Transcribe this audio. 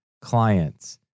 clients